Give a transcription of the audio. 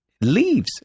Leaves